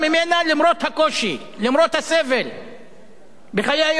למרות הסבל בחיי היום-יום והמצוקה.